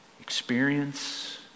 experience